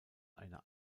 eine